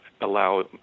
allow